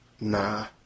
Nah